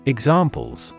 Examples